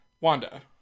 Wanda